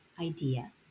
idea